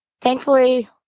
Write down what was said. thankfully